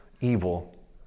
evil